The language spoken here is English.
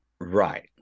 Right